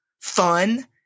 fun